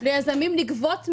לגבות מעליו.